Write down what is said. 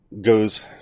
goes